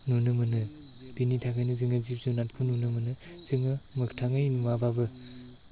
नुनो मोनो बिनि थाखायनो जोङो जिब जुनादखौ नुनो मोनो जोङो मोगथाङै नुवाबाबो